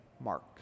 Mark